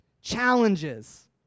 Challenges